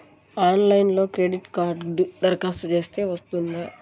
ఆన్లైన్లో క్రెడిట్ కార్డ్కి దరఖాస్తు చేస్తే వస్తుందా?